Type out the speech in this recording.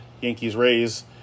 Yankees-Rays